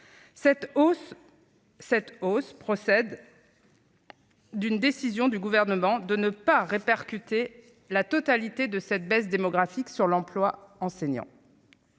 Cette hausse résulte de la décision du Gouvernement de ne pas répercuter la totalité de cette baisse démographique sur l'emploi enseignant.